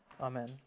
Amen